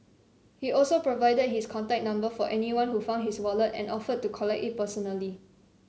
he also provided his contact number for anyone who found his wallet and offered to collect it personally